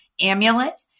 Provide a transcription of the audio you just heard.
Amulet